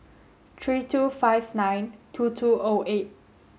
three two five nine two two O eight